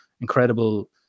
incredible